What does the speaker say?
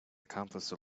accomplice